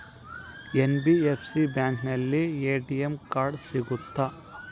NBFC ಬ್ಯಾಂಕಿನಲ್ಲಿ ATM card ಸಿಗುತ್ತಾ?